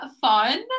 fun